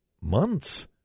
months